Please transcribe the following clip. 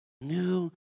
new